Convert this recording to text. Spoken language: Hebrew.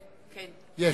יש.